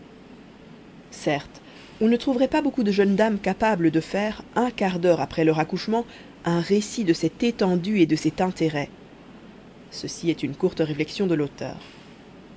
certes on ne trouverait pas beaucoup de jeunes dames capables de faire un quart d'heure après leur accouchement un récit de cette étendue et de cet intérêt ceci est une courte réflexion de l'auteur